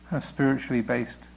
spiritually-based